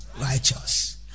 righteous